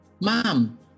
mom